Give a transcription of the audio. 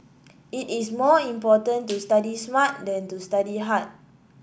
it is more important to study smart than to study hard